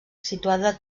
situada